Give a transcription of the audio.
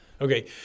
Okay